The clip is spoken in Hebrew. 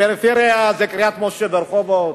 פריפריה זה קריית-משה ברחובות,